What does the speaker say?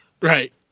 Right